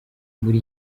muri